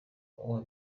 uwa